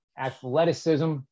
athleticism